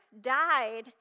died